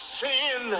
sin